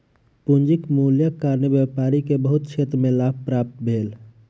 पूंजीक मूल्यक कारणेँ व्यापारी के बहुत क्षेत्र में लाभ प्राप्त भेल